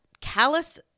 callous